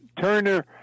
Turner